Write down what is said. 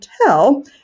tell